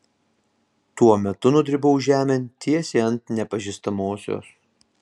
tuo metu nudribau žemėn tiesiai ant nepažįstamosios